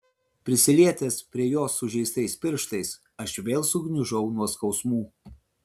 prisilietęs prie jos sužeistais pirštais aš vėl sugniužau nuo skausmų